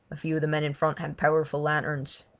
a few of the men in front had powerful lanterns.